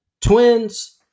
twins